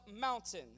mountain